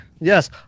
Yes